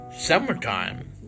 summertime